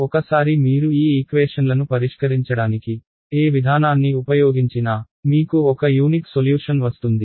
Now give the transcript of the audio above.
ఒకసారి మీరు ఈ ఈక్వేషన్లను పరిష్కరించడానికి ఏ విధానాన్ని ఉపయోగించినా మీకు ఒక యూనిక్ సొల్యూషన్ వస్తుంది